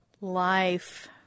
life